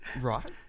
Right